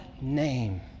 name